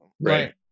Right